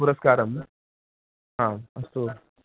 पुरस्काम् आम् अस्तु